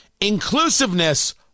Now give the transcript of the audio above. Inclusiveness